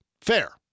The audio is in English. Fair